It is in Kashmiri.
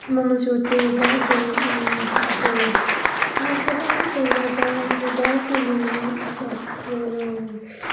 مُمَن شوٗر ژیٖرۍ بَتہٕ دوٚپُن یہِ تِمو کھیوٚوُکھ اَصٕل پٲٹھۍ بَتہٕ دال دوٚپمَس دال کِژھ گٔمٕژ دوٚپُن اَصٕل دوٚپُن